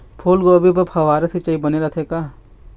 फूलगोभी बर फव्वारा सिचाई बने रथे का?